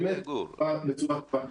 בצורה טובה.